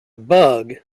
bug